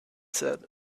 said